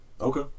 Okay